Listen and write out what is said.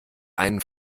einen